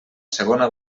segona